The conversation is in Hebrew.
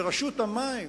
ורשות המים